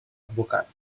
advocat